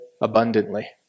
abundantly